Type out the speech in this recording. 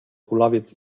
kulawiec